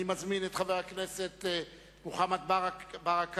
אני מזמין את חבר הכנסת מוחמד ברכה,